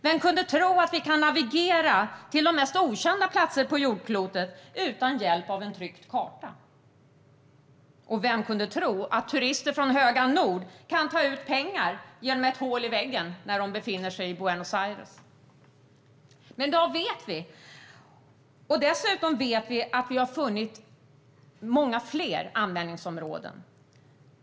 Vem kunde tro att vi nu skulle kunna navigera till de mest okända platser på jordklotet utan hjälp av en tryckt karta? Och vem kunde tro att turister från höga nord skulle kunna ta ut pengar genom ett hål i väggen när de befinner sig i Buenos Aires? I dag har vi dessutom funnit många fler användningsområden.